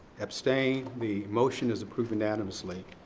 abstain. the motion is approved unanimously.